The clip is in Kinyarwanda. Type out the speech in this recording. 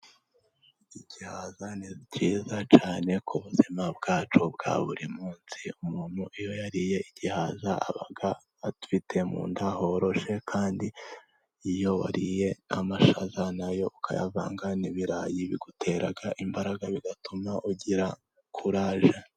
Ibihaza ni byiza cyane ku buzima bwacu bwa buri munsi, umuntu iyo yariye igihaza aba afite mu nda horoshye, ikindi kandi iyo wariye amashaza nayo ukayavanga n'ibirayi bigutera imbaraga bigatuma ugira kuraje.